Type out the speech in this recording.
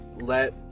let